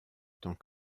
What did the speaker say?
tant